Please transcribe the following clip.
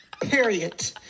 Period